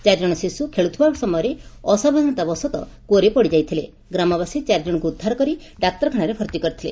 ଚାରିଜଣ ଶିଶୁ ଖେଳୁଥିବା ସମୟରେ ଅସାବଧାନତା ବଶତଃ କୁଅରେ ପଡ଼ିଯାଇଥିଲେ ଗ୍ରାମବାସୀ ଚାରିଜଣଙ୍କୁ ଉଦ୍ଧାର କରି ଡାକ୍ତରଖାନାରେ ଭର୍ଭି କରିଥିଲେ